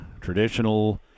Traditional